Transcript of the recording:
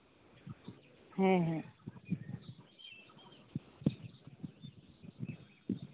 ᱦᱮᱸ ᱦᱮᱸ